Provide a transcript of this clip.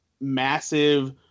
massive